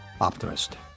Optimist